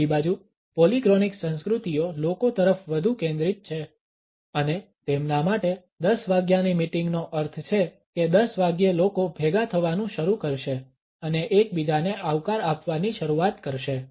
બીજી બાજુ પોલીક્રોનિક સંસ્કૃતિઓ લોકો તરફ વધુ કેન્દ્રિત છે અને તેમના માટે 10 વાગ્યાની મીટિંગનો અર્થ છે કે 10 વાગ્યે લોકો ભેગા થવાનું શરૂ કરશે અને એકબીજાને આવકાર આપવાની શરૂઆત કરશે